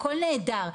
הכול נהדר,